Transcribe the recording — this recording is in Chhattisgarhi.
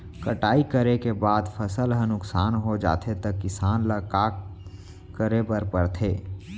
कटाई करे के बाद फसल ह नुकसान हो जाथे त किसान ल का करे बर पढ़थे?